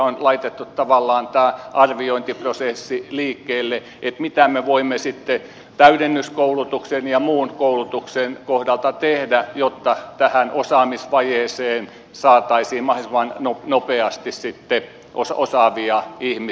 on laitettu tavallaan tämä arviointiprosessi liikkeelle mitä me voimme sitten täydennyskoulutuksen ja muun koulutuksen kohdalta tehdä jotta tähän osaamisvajeeseen saataisiin mahdollisimman nopeasti sitten osaavia ihmi